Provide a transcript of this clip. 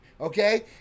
okay